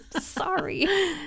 sorry